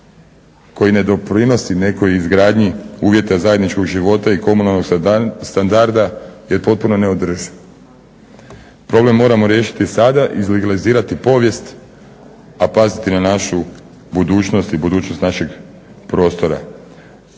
koji ne doprinosi nekoj izgradnji uvjeta zajedničkog života i komunalnog standarda je potpuno neodrživ. Problem moramo riješiti sada, izlegalizirati povijest, a paziti na našu budućnost i budućnost našeg prostora.